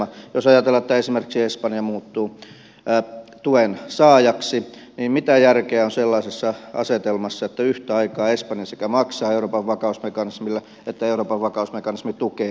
jos ajatellaan että esimerkiksi espanja muuttuu tuen saajaksi niin mitä järkeä on sellaisessa asetelmassa että yhtä aikaa sekä espanja maksaa euroopan vakausmekanismille että euroopan vakausmekanismi tukee espanjaa